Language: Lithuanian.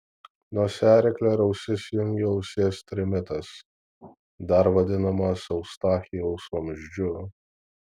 nosiaryklę ir ausis jungia ausies trimitas dar vadinamas eustachijaus vamzdžiu